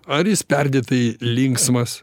ar jis perdėtai linksmas